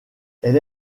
elle